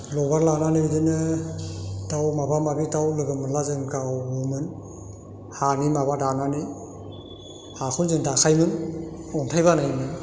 लबार लानानै बिदिनो दाउ माबा माबि दाउ लोगो मोनब्ला जों गावोमोन हानि माबा दानानै हाखौ जों दाखायोमोन अन्थाइ बानायोमोन